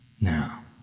Now